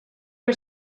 que